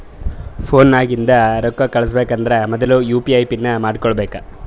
phone ನಾಗಿಂದೆ ರೊಕ್ಕಾ ಕಳುಸ್ಬೇಕ್ ಅಂದರ್ ಮೊದುಲ ಯು ಪಿ ಐ ಪಿನ್ ಮಾಡ್ಕೋಬೇಕ್